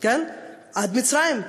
עד מצרים.